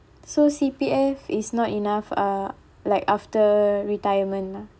so C_P_F is not enough uh like after retirement ah